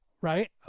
Right